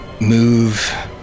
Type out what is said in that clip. move